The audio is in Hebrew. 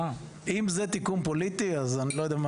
אם זה תיקון פוליטי אז אני לא יודע.